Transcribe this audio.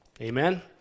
amen